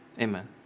Amen